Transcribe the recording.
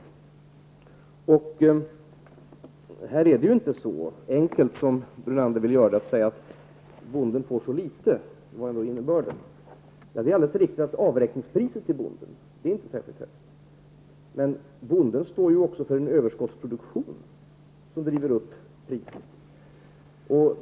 Det är inte så enkelt som Brunander vill göra det när han menar att bonden får så litet. Det är alldeles riktigt att avräkningspriset till bonden inte är särskilt högt, men bonden står ju också för en överskottsproduktion som driver upp priserna.